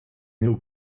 néo